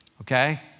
Okay